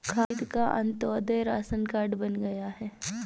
खालिद का अंत्योदय ration card बन गया है